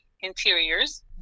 Interiors